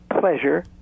pleasure